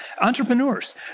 Entrepreneurs